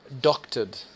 doctored